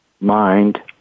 mind